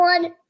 one